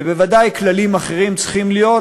ובוודאי כללים אחרים צריכים להיות